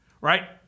right